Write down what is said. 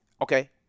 Okay